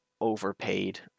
overpaid